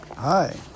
Hi